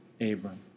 Abram